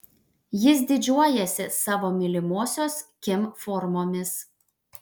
jis didžiuojasi savo mylimosios kim formomis